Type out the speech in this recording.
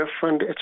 different